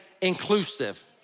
inclusive